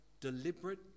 deliberate